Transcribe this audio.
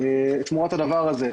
תמורת הדבר הזה.